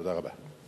תודה רבה.